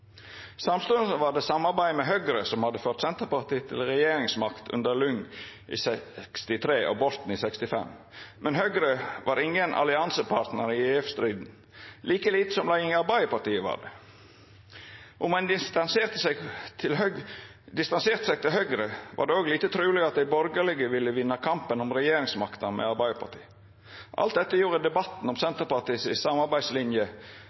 var det samarbeidet med Høgre som hadde ført Senterpartiet til regjeringsmakt under Lyng i 1963 og Borten i 1965. Men Høgre var ingen alliansepartnar i EF-striden, like lite som leiinga i Arbeidarpartiet var det. Om ein distanserte seg frå Høgre, var det òg lite truleg at dei borgarlege partia ville vinna kampen om regjeringsmakta med Arbeidarpartiet. Alt dette gjorde debatten om Senterpartiet si samarbeidslinje